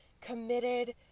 committed